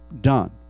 done